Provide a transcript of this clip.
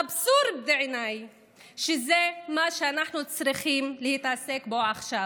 אבסורד בעיניי שזה מה שאנחנו צריכים להתעסק בו עכשיו,